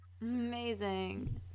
Amazing